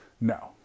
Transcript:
no